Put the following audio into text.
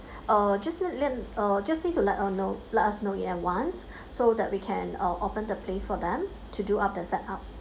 uh just le~ let uh just need to let us know let us know in advance so that we can uh open the place for them to do up the set up